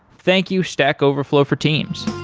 thank you stack overflow for teams.